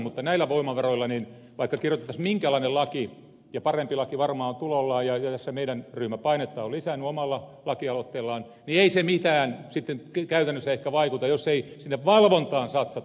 mutta näillä voimavaroilla vaikka kirjoitettaisiin minkälainen laki ja parempi laki varmaan on tulollaan jossa meidän ryhmämme on painetta lisännyt omalla lakialoitteellaan ei se mitään sitten käytännössä ehkä vaikuta jos ei sinne valvontaan satsata